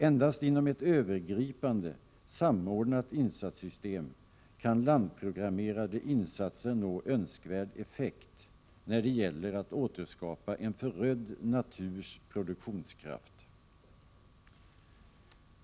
Endast inom ett övergripande, samordnat insatssystem kan landprogrammerade insatser nå önskvärd effekt, när det gäller att återskapa en förödd naturs produktionskraft.